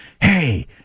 hey